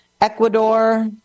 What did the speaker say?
Ecuador